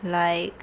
like